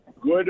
Good